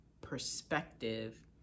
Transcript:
perspective